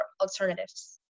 alternatives